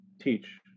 teach